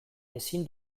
ezin